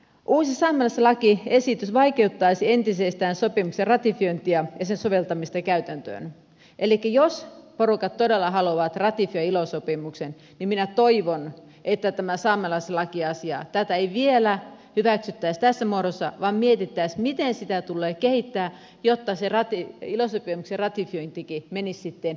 uusi saamelaislakiesitys vaikeuttaisi entisestään sopimuksen ratifiointia ja sen soveltamista käytäntöön elikkä jos porukat todella haluavat ratifioida ilo sopimuksen niin minä toivon että tätä saamelaislakiasiaa ei vielä hyväksyttäisi tässä muodossa vaan mietittäisiin miten sitä tulee kehittää jotta se ilo sopimuksen ratifiointikin menisi sitten eteenpäin